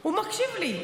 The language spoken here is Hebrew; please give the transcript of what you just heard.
הוא מקשיב לי.